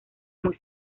muy